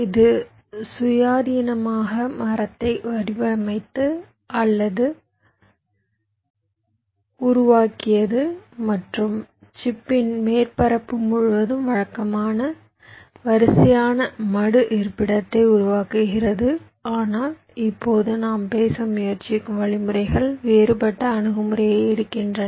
இது சுயாதீனமாக மரத்தை வடிவமைத்தது அல்லது உருவாக்கியது மற்றும் சிப்பின் மேற்பரப்பு முழுவதும் வழக்கமான வரிசையான மடு இருப்பிடத்தை உருவாக்குகிறது ஆனால் இப்போது நாம் பேச முயற்சிக்கும் வழிமுறைகள் வேறுபட்ட அணுகுமுறையை எடுக்கின்றன